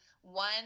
one